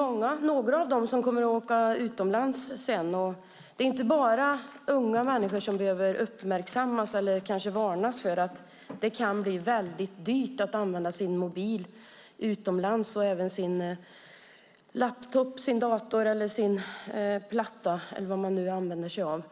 Några kommer att åka utomlands sedan. Men det är inte bara unga människor som behöver uppmärksammas på eller kanske varnas för att det kan bli väldigt dyrt att använda sin mobil utomlands och även sin laptop, sin dator, sin platta eller vad man nu använder sig av.